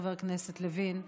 חבר הכנסת לוין,